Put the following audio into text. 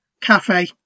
cafe